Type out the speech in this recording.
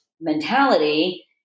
mentality